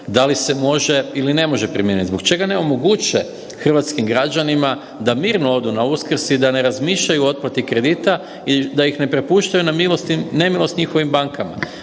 Da li se može ili ne može primijeniti? Zbog čega ne omoguće hrvatskim građanima da mirno odu na Uskrs i da ne razmišljaju o otplati kredita i da ih ne prepuštaju na milost i nemilost njihovim bankama.